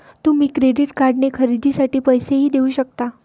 तुम्ही क्रेडिट कार्डने खरेदीसाठी पैसेही देऊ शकता